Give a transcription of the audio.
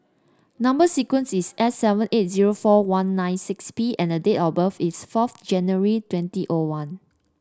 number sequence is S seven eight zero four one nine six P and date of birth is fourth January twenty O one